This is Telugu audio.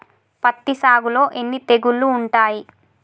పత్తి సాగులో ఎన్ని తెగుళ్లు ఉంటాయి?